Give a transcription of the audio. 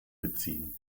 beziehen